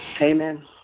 amen